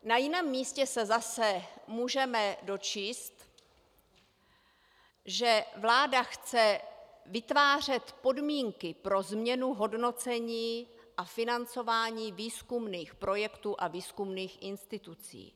Na jiném místě se zase můžeme dočíst, že vláda chce vytvářet podmínky pro změnu hodnocení a financování výzkumných projektů a výzkumných institucí.